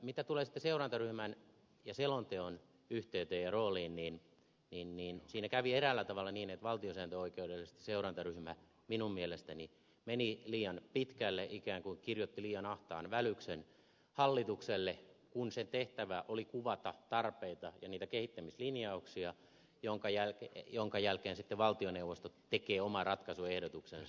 mitä tulee sitten seurantaryhmän ja selonteon yhteyteen ja rooliin niin siinä kävi eräällä tavalla niin että valtiosääntöoikeudellisesti seurantaryhmä minun mielestäni meni liian pitkälle ikään kuin kirjoitti liian ahtaan välyksen hallitukselle kun sen tehtävä oli kuvata tarpeita ja niitä kehittämislinjauksia minkä jälkeen sitten valtioneuvosto tekee oman ratkaisuehdotuksensa